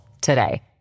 today